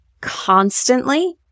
constantly